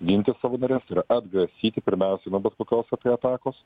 ginti savo nares ir atgrasyti pirmiausia nuo bet kokios atakos